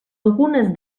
algunes